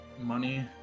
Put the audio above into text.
Money